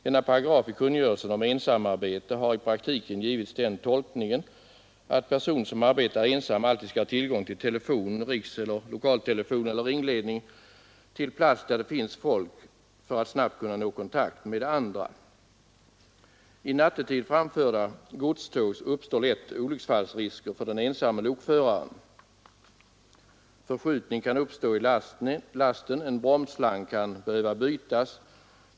Denna paragraf i kungörelsen om ensamarbete har i praktiken givits den tolkningen att person som arbetar ensam alltid skall ha tillgång till telefon eller ringledning till plats där det finns folk för att snabbt kunna nå kontakt med andra. I nattetid framförda godståg uppstår lätt olycksfallsrisker för den ensamme lokföraren Förskjutning kan uppstå i lasten, en bromsslang kan behöva bytas.